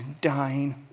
dying